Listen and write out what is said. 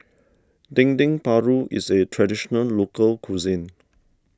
Dendeng Paru is a Traditional Local Cuisine